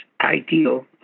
ideal